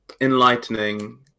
enlightening